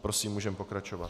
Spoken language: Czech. Prosím, můžeme pokračovat.